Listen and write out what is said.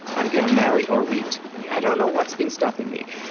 i'm gonna marry orit. i don't know what's been stopping me.